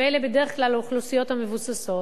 ואלה בדרך כלל האוכלוסיות המבוססות,